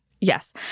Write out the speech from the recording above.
Yes